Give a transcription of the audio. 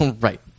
Right